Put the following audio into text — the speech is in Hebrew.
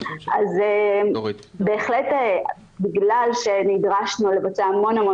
אז בהחלט בגלל שנדרשנו לבצע המון המון